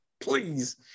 please